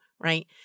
right